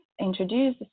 Introduce